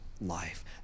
life